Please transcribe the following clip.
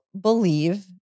believe